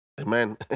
amen